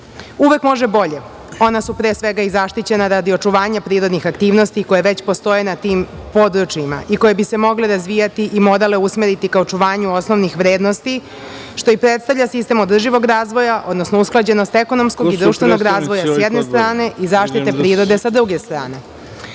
Uvek može bolje. Ona su, pre svega, i zaštićena radi očuvanja prirodnih aktivnosti koje već postoje na tim područjima i koja bi se mogla razvijati i usmeriti ka očuvanju osnovnih vrednosti, što i predstavlja sistem održivog razvoja, odnosno usklađenost ekonomskog i društvenog razvoja, sa jedne strane, i zaštite prirode, sa druge strane.Zaštita